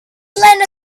lena